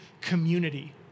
community